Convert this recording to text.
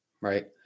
right